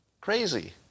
crazy